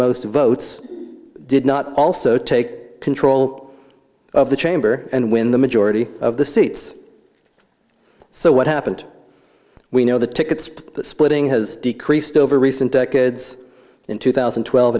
most votes did not also take control of the chamber and when the majority of the seats so what happened we know the tickets splitting has decreased over recent decades in two thousand and twelve